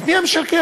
למי את משקרת?